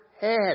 head